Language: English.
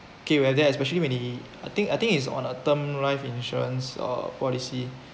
okay where there especially when he I think I think is on a term life insurance policy